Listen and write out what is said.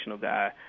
guy